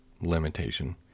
limitation